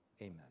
amen